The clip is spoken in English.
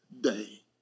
Day